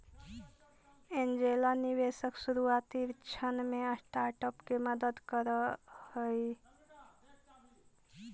angel निवेशक शुरुआती क्षण में स्टार्टअप के मदद करऽ हइ